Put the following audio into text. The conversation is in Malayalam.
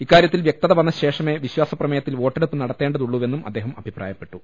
ഇക്കാര്യത്തിൽ വൃക്തത വന്ന ശേഷമെ വിശ്വാസ പ്രമേയത്തിൽ വോട്ടെടുപ്പ് നടത്തേണ്ട തുള്ളൂവെന്നും അദ്ദേഹം അഭിപ്രായപ്പെട്ടു